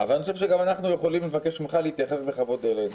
אבל אני חושב שגם אנחנו יכולים לבקש ממך להתייחס בכבוד אלינו,